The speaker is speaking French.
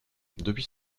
depuis